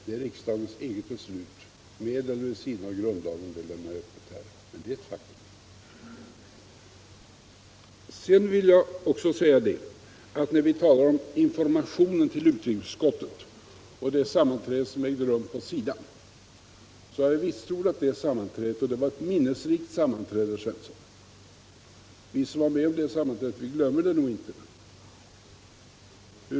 Det är riksdagens eget beslut — med eller vid sidan av grundlagen lämnar jag öppet. När det gäller informationen till utrikesutskottet och det sammanträde som ägde rum på SIDA vill jag säga till herr Svensson att jag har vitsordat detta sammanträde. Det var ett minnesrikt sammanträde, herr Svensson. Vi som var med om det glömmer det nog inte.